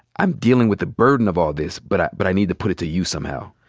i'm dealing with the burden of all this, but i but i need to put it to use somehow?